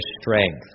strength